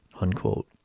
unquote